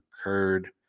occurred